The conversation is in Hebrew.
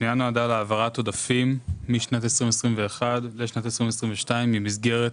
הפנייה נועדה להעברת עודפים משנת 2021 לשנת 2022 ממסגרת